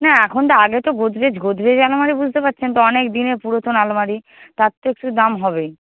না এখন তো আগে তো গোদরেজ গোদরেজ আলমারি বুঝতে পারছেন তো অনেকদিনের পুরাতন আলমারি তার তো একটু দাম হবেই